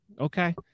Okay